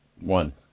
one